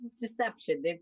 deception